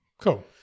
Cool